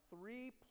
three